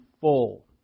full